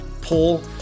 pull